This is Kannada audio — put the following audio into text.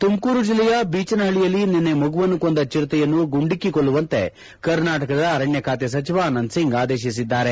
ತುಮಕೂರು ಜಿಲ್ಲೆಯ ಬೀಚನಹಳ್ಳಿಯಲ್ಲಿ ನಿನ್ನೆ ಮಗುವನ್ನು ಕೊಂದ ಚಿರತೆಯನ್ನು ಗುಂಡಿಕ್ಕಿ ಕೊಲ್ಲುವಂತೆ ಕರ್ನಾಟಕದ ಅರಣ್ಣ ಖಾತೆ ಸಚಿವ ಆನಂದ್ಸಿಂಗ್ ಆದೇಶಿಸಿದ್ದಾರೆ